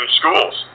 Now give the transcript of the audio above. schools